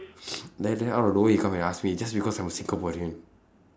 then then out of nowhere he come and ask me just because I'm a singaporean